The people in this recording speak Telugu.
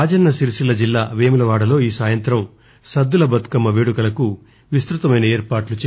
రాజన్న సిరిసిల్ల జిల్లా పేములవాడలో ఈ సాయంత్రం సద్దుల బతుకమ్మ పేడుకలకు విస్తృతమైన ఏర్పాట్లు చేశారు